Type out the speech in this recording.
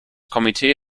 komitee